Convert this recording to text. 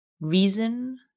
reason